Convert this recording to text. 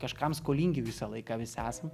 kažkam skolingi visą laiką visi esam